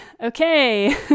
okay